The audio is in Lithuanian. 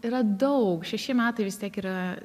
yra daug šeši metai vis tiek yra